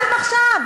חוקקתם עכשיו,